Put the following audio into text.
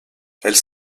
elles